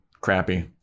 crappy